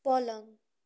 पलङ